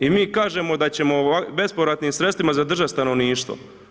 I mi kažemo da ćemo bespovratnim sredstvima zadržati stanovništvo.